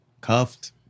cuffed